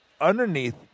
underneath